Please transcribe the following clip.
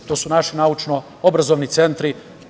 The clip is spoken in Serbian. To su naši naučno-obrazovni centri.